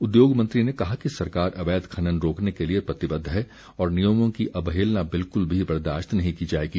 उद्योग मंत्री ने कहा कि सरकार अवैध खनन रोकने के लिए प्रतिबद्ध है और नियमों की अवहेलना बिल्क्ल भी बर्दाश्त नहीं की जाएगी